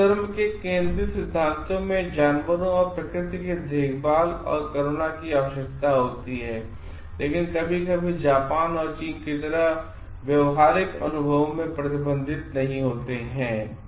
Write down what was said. हिंदू धर्म के केंद्रीय सिद्धांतों में जानवरों और प्रकृति के लिए देखभाल और करुणा की आवश्यकता होती है लेकिन ये कभी कभी जापान और चीन की तरह अपने व्यावहारिक अनुभवों में प्रतिबिंब नहीं होते हैं